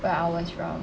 where I was from